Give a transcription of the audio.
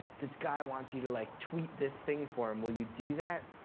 this guy wants you to, like, tweet this thing for him. will you do that?